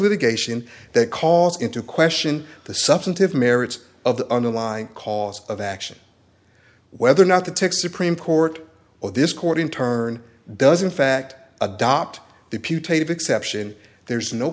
litigation that calls into question the substantive merits of the underlying cause of action whether or not the tick supreme court or this court in turn doesn't fact adopt the putative exception there's no